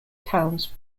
towns